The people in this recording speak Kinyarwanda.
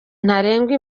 ntarengwa